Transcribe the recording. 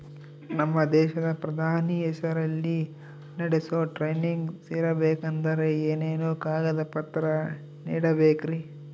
ನಮ್ಮ ದೇಶದ ಪ್ರಧಾನಿ ಹೆಸರಲ್ಲಿ ನಡೆಸೋ ಟ್ರೈನಿಂಗ್ ಸೇರಬೇಕಂದರೆ ಏನೇನು ಕಾಗದ ಪತ್ರ ನೇಡಬೇಕ್ರಿ?